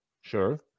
Sure